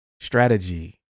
strategy